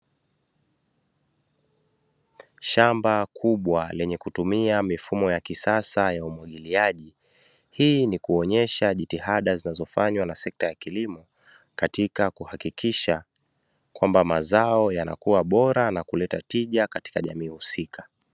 Shamba kubwa lenye kutumia mifumo ya kisasa ya umwagiliaji, hii ni kuonyesha jitihada zinazofanywa na sekta ya kilimo katika kuhakikisha kwamba mazao yanakuwa bora na kuleta tija katika jamii husika.